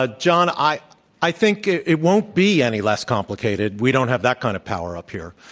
ah john, i i think it won't be any less complicated. we don't have that kind of power up here,